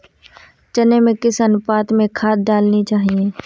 चने में किस अनुपात में खाद डालनी चाहिए?